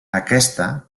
aquesta